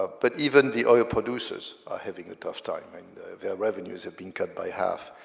ah but even the oil producers are having a tough time, and their revenues have been cut by half,